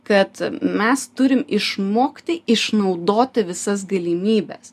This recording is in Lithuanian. kad mes turim išmokti išnaudoti visas galimybes